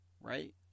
right